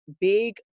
big